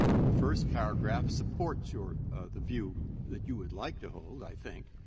and the first paragraph supports your the view that you would like to hold, i think,